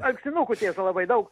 alksninukų tiesa labai daug